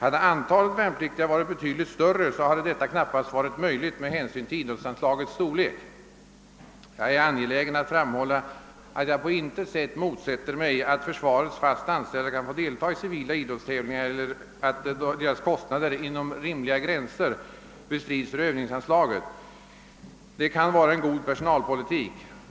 Hade antalet värnpliktiga varit betydligt större skulle deras deltagande knappast ha kunnat ordnats med hänsyn till idrottsanslagets storlek. Jag är angelägen att framhålla att jag på intet sätt motsätter mig satt försvarets fast anställda kan få deltaga i civila idrottstävlingar eller att deras kostnader inom rimliga gränser bestrids ur övningsanslaget. Det kan vara god personalpolitik.